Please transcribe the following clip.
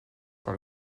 par